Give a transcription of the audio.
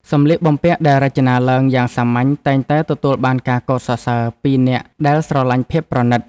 សម្លៀកបំពាក់ដែលរចនាឡើងយ៉ាងសាមញ្ញតែងតែទទួលបានការកោតសរសើរពីអ្នកដែលស្រឡាញ់ភាពប្រណីត។